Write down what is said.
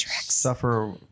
suffer